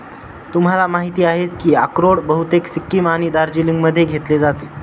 तुम्हाला माहिती आहेच की अक्रोड बहुतेक सिक्कीम आणि दार्जिलिंगमध्ये घेतले जाते